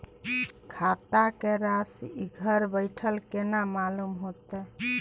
खाता के राशि घर बेठल केना मालूम होते?